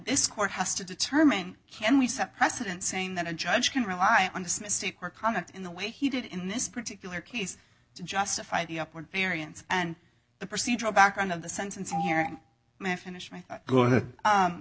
this court has to determine can we set precedent saying that a judge can rely on this mistake or conduct in the way he did in this particular case to justify the upward variance and the procedural background of the sentencing hearing